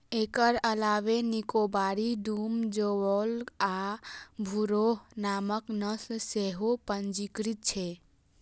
एकर अलावे निकोबारी, डूम, जोवॉक आ घुर्राह नामक नस्ल सेहो पंजीकृत छै